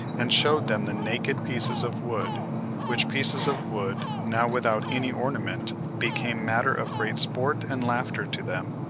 and showed them the naked pieces of wood which pieces of wood, now without any ornament, became matter of great sport and laughter to them,